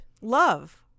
Love